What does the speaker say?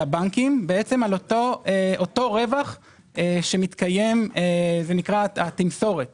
הבנקים על אותו רווח שמתקיים ונקרא התמסורת